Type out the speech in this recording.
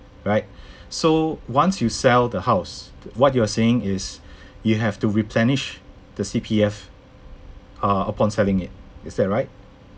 right so once you sell the house what you are saying is you have to replenish the C_P_F uh upon selling it is that right